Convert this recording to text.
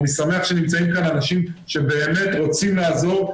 אני שמח שנמצאים כאן אנשים שבאמת רוצים לעזור,